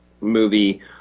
movie